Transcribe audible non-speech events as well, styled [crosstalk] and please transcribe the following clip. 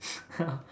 [laughs]